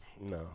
No